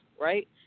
right